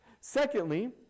Secondly